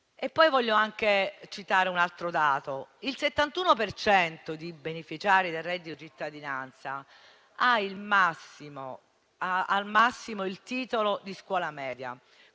Voglio anche citare un altro dato: il 71 per cento dei beneficiari del reddito di cittadinanza ha al massimo il titolo di scuola media.